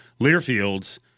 Learfield's